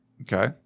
Okay